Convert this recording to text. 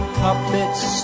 puppets